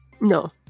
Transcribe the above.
No